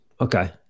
Okay